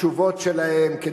התשובות שלהם,